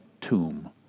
tomb